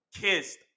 kissed